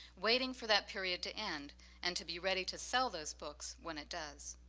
waiting for that period to end and to be ready to sell those books when it does.